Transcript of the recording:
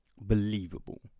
believable